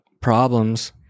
problems